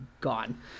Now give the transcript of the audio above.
gone